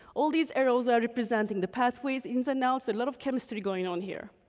all these arrows are representing the pathways, ins and outs, a lot of chemistry going on here.